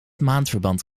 maandverband